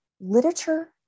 Literature